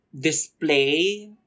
display